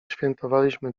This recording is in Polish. świętowaliśmy